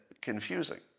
confusing